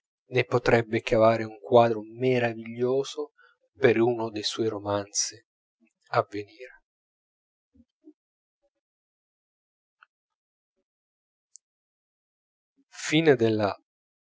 ne potrebbe cavare un quadro meraviglioso per uno dei suoi romanzi avvenire